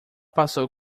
passou